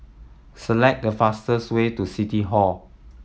select the fastest way to City Hall